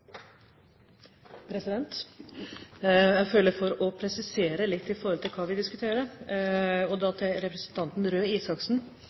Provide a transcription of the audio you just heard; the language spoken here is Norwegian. omme. Jeg føler for å presisere litt i forhold til hva vi diskuterer – og da til representanten Røe Isaksen.